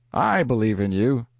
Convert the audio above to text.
i believe in you.